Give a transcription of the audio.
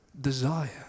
Desire